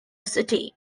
city